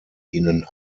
ihnen